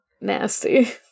nasty